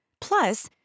Plus